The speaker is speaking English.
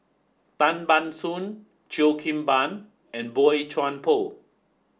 Tan Ban Soon Cheo Kim Ban and Boey Chuan Poh